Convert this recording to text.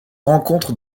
rencontre